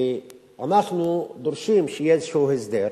ואנחנו דורשים שיהיה איזשהו הסדר.